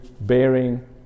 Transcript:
bearing